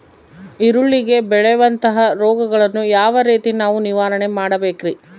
ಈರುಳ್ಳಿಗೆ ಬೇಳುವಂತಹ ರೋಗಗಳನ್ನು ಯಾವ ರೇತಿ ನಾವು ನಿವಾರಣೆ ಮಾಡಬೇಕ್ರಿ?